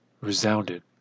resounded